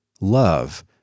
Love